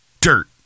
Dirt